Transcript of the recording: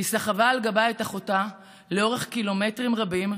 היא סחבה על גבה את אחותה לאורך קילומטרים רבים,